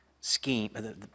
scheme –